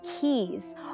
keys